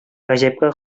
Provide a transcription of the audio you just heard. гаҗәпкә